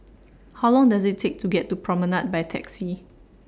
How Long Does IT Take to get to Promenade By Taxi